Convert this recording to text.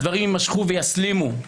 הדברים יימשכו ויסלימו,